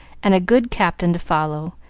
and a good captain to follow,